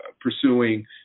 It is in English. pursuing